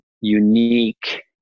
unique